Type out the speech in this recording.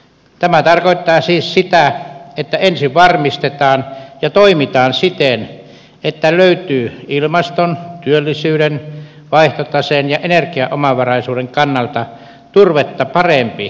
tämä tarkoittaa siis sitä että ensin varmistetaan ja toimitaan siten että löytyy ilmaston työllisyyden vaihtotaseen ja energiaomavaraisuuden kannalta turvetta parempi korvaava polttoaine